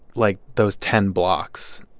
like, those ten blocks.